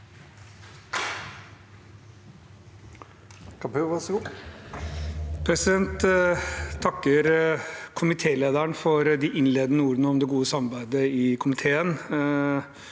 Jeg takker komi- télederen for de innledende ordene om det gode samarbeidet i komiteen.